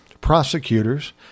prosecutors